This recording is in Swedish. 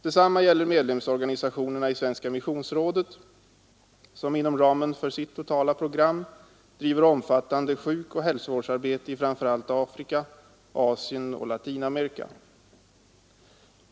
Detsamma gäller medlemsorganisationerna i Svenska missionsrådet, som inom ramen för sitt totala program driver omfattande sjukoch hälsovårdsarbete i framför allt Afrika, Asien och Latinamerika.